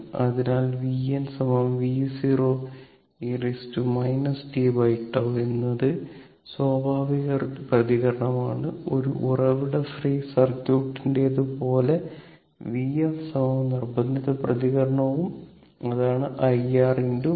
അതിനാൽ Vn V0e tτ എന്നത് സ്വാഭാവിക പ്രതികരണമാണ് ഒരു ഉറവിട ഫ്രീ സർക്യൂട്ടിന്റേതു പോലെ Vf നിർബന്ധിത പ്രതികരണവും അതാണ് IR1 e tτ